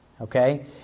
okay